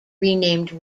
renamed